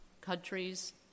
countries